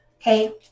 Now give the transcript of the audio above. okay